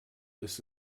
ist